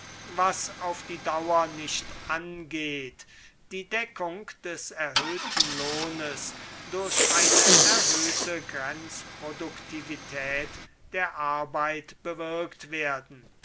was auf die dauer nicht angeht die deckung des erhöhten lohnes durch eine erhöhte grenzproduktivität der arbeit bewirkt werden